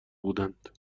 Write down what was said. بودند